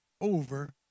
over